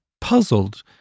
puzzled